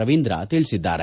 ರವೀಂದ್ರ ತಿಳಿಸಿದ್ದಾರೆ